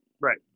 Right